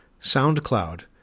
SoundCloud